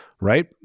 right